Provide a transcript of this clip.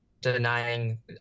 denying